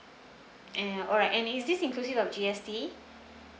eh alright is this inclusive of G_S_T